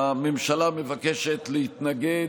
הממשלה מבקשת להתנגד.